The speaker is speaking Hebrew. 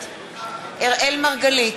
אראל מרגלית,